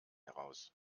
heraus